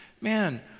Man